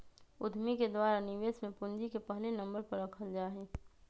उद्यमि के द्वारा निवेश में पूंजी के पहले नम्बर पर रखल जा हई